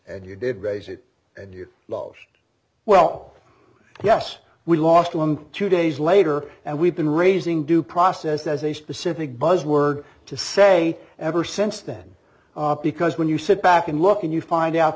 and you did raise it and you lie well yes we lost a limb two days later and we've been raising due process as a specific buzz word to say ever since then because when you sit back and look and you find out